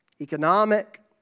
Economic